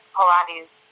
Pilates